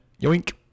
yoink